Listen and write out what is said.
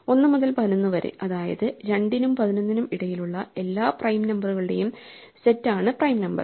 1 മുതൽ 11 വരെ അതായത് 2 നും 11 നും ഇടയിലുള്ള എല്ലാ പ്രൈം നമ്പറുകളുടെയും സെറ്റ് ആണ് പ്രൈം നമ്പർ